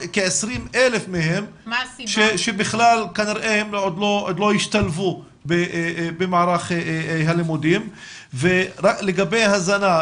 כ-20,000 מהם שבכלל כנראה עוד לא השתלבו במערך הלימודים ולגבי הזנה,